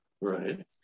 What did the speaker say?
Right